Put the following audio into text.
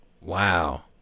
Wow